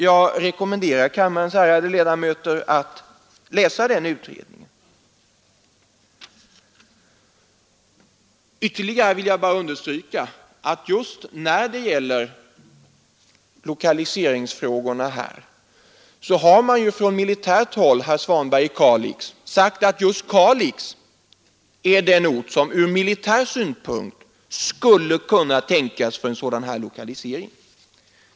Jag rekommenderar kammarens ärade ledamöter att läsa den utredningen. Jag vill ytterligare understryka att när det gäller lokaliseringsfrågorna har man från militärt håll, herr Svanberg i Kalix, sagt att Kalix är den ort som ur militär synpunkt skulle kunna tänkas för en sådan här lokalisering.